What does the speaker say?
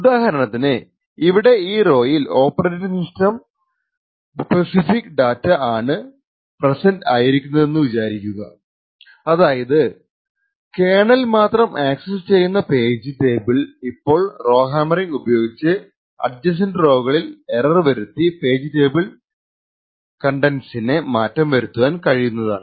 ഉദാഹരണത്തിന് ഇവിടെ ഈ റോയിൽ ഓപ്പറേറ്റിംഗ് സിസ്റ്റം സ്പെസിഫിക് ഡാറ്റ ആണ് പ്രസൻറ് ആയിരിക്കുന്നതെന്നു വിചാരിക്കു അതായതു കേർണൽ മാത്രം അക്സസ്സ് ചെയ്യുന്ന പേജ് ടേബിൾ ഇപ്പോൾ റൊഹാമ്മറിംഗ് ഉപയോഗിച്ച് അഡ്ജസന്റ് റോകളിൽ എറർ വരുത്തി പേജ് ടേബിൾ കണ്ടന്റ്സിനെ മാറ്റം വരുത്താൻ കഴിയുന്നതാണ്